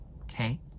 okay